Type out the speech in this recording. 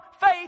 faith